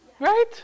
right